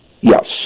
Yes